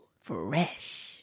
Fresh